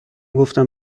گفتم